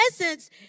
essence